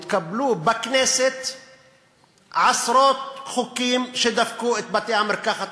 התקבלו בכנסת עשרות חוקים שדפקו את בתי-המרקחת